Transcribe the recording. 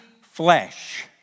flesh